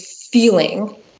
feeling